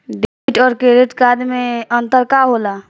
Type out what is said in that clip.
Debit और credit card मे अंतर का होला?